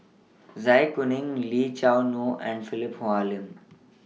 Zai Kuning Lee Choo Neo and Philip Hoalim